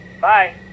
Bye